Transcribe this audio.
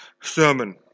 sermon